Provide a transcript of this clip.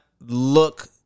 look